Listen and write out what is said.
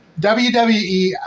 WWE